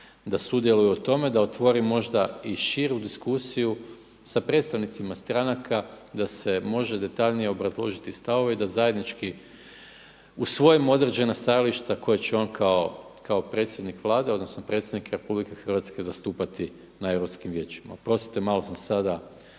da sudjeluje u tome, da otvori možda i širu diskusiju sa predstavnicima stranaka i da se može detaljnije obrazložiti stavove i da zajednički usvojimo određena stajališta koje će on kao predsjednik Vlade, odnosno predsjednik RH zastupati na europskim vijećima. Oprostite, malo sam sada